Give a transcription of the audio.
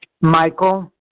Michael